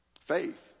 Faith